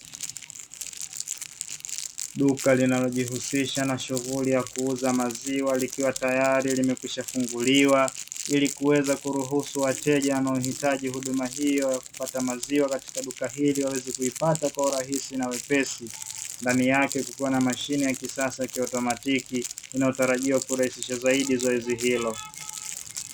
Duka linalojihusisha na shughuli ya kuuza maziwa likiwa tayari limekwisha funguliwa ili kuweza kuruhusu wateja wanaohitaji huduma hiyo ya kupata maziwa katika duka hili waweze kuipata kwa wepesi. Ndani yake kuna mashine ya kisasa ya kiautomatiki inayotarajiwa kurahisisha zaidi zoezi hilo.